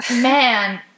man